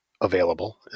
available